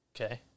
Okay